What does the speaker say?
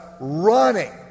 running